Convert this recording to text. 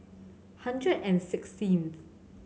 hundred and sixteenth